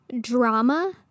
drama